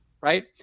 right